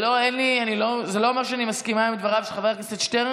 אין כאן צנזורה בכנסת.